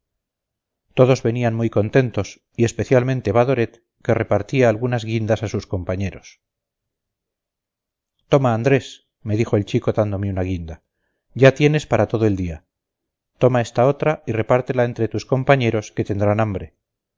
todos venían muy contentos y especialmente badoret que repartía algunas guindas a sus compañeros toma andrés me dijo el chico dándome una guinda ya tienes para todo el día toma esta otra y repártela entre tus compañeros que tendrán un hambre